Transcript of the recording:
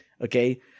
Okay